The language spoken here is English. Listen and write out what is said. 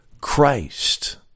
Christ